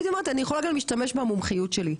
הייתי אומרת אני יכולה גם משתמש במומחיות שלי,